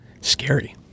Scary